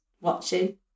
watching